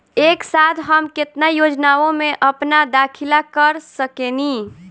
एक साथ हम केतना योजनाओ में अपना दाखिला कर सकेनी?